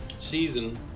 season